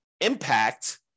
impact